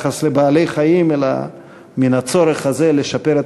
מהיחס לבעלי-חיים אלא מן הצורך הזה לשפר את